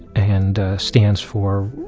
and stands for,